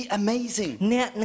amazing